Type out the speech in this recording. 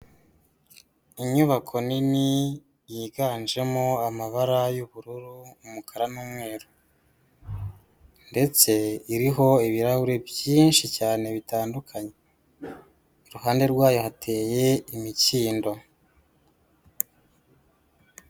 Inyubako nini yiganjemo amabara y'ubururu, umukara n'umweru. Ndetse ibirahure byinshi cyane bitandukanye, iruhande rwayo hateye imikindo.